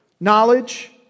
Knowledge